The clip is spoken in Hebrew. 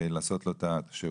לעשות לו את השירות.